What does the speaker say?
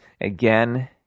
again